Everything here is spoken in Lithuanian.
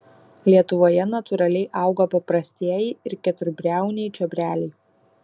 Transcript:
lietuvoje natūraliai auga paprastieji ir keturbriauniai čiobreliai